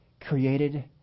created